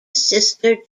sister